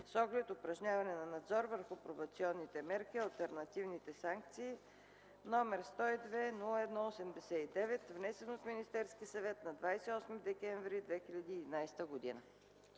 с оглед упражняване на надзор върху пробационните мерки и алтернативните санкции, № 102–01–89, внесен от Министерски съвет на 28 декември 2011 г.”